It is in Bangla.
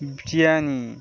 বিরিয়ানি